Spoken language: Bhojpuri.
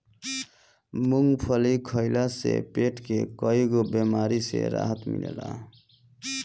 मूंगफली खइला से पेट के कईगो बेमारी से राहत मिलेला